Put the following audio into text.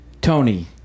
Tony